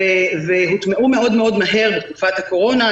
והוטמעו מהר מאוד בתקופת הקורונה,